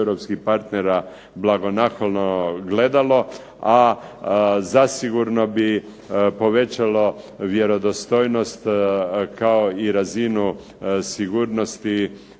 europskih partnera blagonaklono gledalo, a zasigurno bi povećalo vjerodostojnost kao i razinu sigurnosti